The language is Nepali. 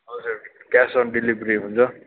हजुर क्यास अन डेलिभरी हुन्छ